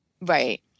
Right